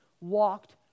walked